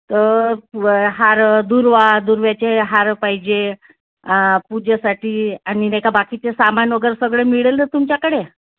तर हार दुर्वा दुर्वाचे हार पाहिजे पूजेसाठी आणि नाही का बाकीचे सामान वगैरे सगळं मिळेल तुमच्याकडे